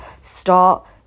start